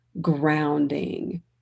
grounding